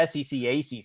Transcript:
SEC-ACC